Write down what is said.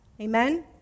amen